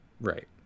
right